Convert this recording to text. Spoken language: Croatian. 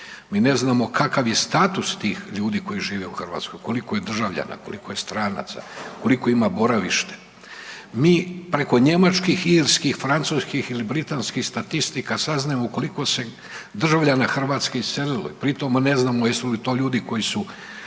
mi ne znamo kakav je status tih ljudi koji žive u Hrvatskoj, koliko je državljana, koliko je stranaca, koliko ima boravište, mi preko Njemačkih, Irskih, Francuskih ili Britanskih statistika saznajemo koliko se državljana Hrvatske iselilo i pri tome ne znamo jesu li to ljudi koji su,